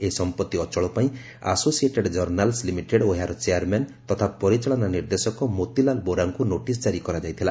ଏହି ସମ୍ପତ୍ତି ଅଚଳ ପାଇଁ ଆସୋସିଏଟେଡ୍ ଜର୍ନାଲ୍ସ୍ ଲିମିଟେଡ୍ ଓ ଏହାର ଚେୟାର ମ୍ୟାନ୍ ତଥା ପରିଚାଳନା ନିର୍ଦ୍ଦେଶକ ମୋତିଲାଲ ବୋରାଙ୍କୁ ନୋଟିସ୍ ଜାରି କରାଯାଇଥିଲା